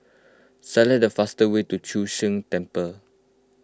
select the fastest way to Chu Sheng Temple